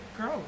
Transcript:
Girl